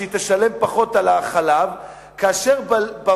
כאשר היא תשלם פחות על החלב כי המים